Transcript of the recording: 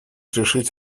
решить